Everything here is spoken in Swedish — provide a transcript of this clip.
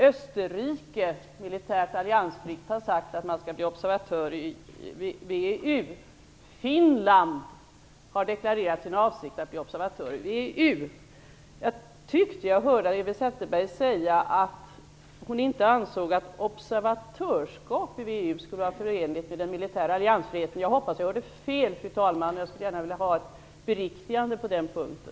Österrike, militärt alliansfritt, har sagt att man avser att bli observatör i VEU. Finland har deklarerat sin avsikt att bli observatör i VEU. Jag tyckte att jag hörde Eva Zetterberg säga att hon inte ansåg att observatörskap i VEU skulle vara förenligt med den militära alliansfriheten. Jag hoppas att jag hörde fel, fru talman. Jag skulle gärna vilja ha ett beriktigande på den punkten.